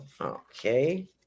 Okay